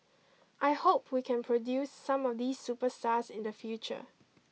I hope we can produce some of these superstars in the future